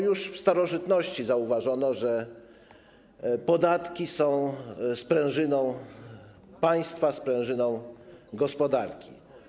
Już w starożytności zauważono, że podatki są sprężyną państwa, sprężyną gospodarki.